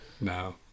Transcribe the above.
No